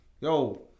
yo